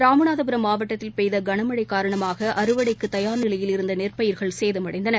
ராமநாதபுரம் மாவட்டத்தில் பெய்த கனமழை காரணமாக அறுவடைக்கு தயார் நிலையில் இருந்த நெற்பயிர்கள் சேதமடைந்தன